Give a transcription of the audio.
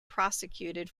prosecuted